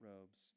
robes